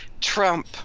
Trump